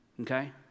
okay